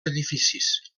edificis